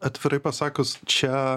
atvirai pasakius čia